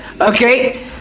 okay